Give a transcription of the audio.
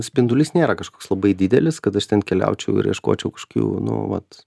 spindulys nėra kažkoks labai didelis kad aš ten keliaučiau kur ieškočiau kažkokių nu vat